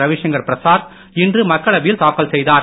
ரவிசங்கர் பிரசாத் இன்று மக்களவையில் தாக்கல் செய்தார்